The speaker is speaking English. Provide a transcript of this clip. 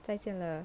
再见了